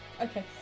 Okay